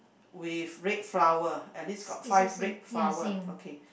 with red flower at least got five red flower okay